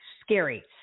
scary